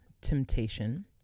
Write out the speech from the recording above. temptation